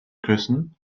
küssen